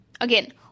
Again